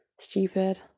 stupid